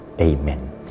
amen